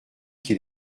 qu’il